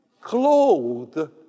clothed